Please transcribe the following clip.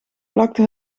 plakte